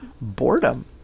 boredom